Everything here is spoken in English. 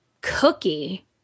cookie